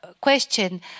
question